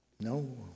No